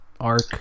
arc